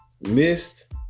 missed